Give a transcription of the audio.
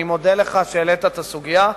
אני מודה לך על שהעלית את הסוגיה.